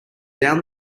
down